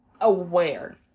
aware